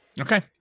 okay